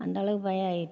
அந்தளவுக்கு பயம் ஆகிருச்சு